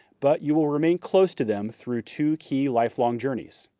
but you will remain close to them through two key lifelong journeys.